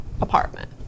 apartment